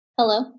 Hello